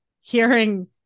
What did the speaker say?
hearing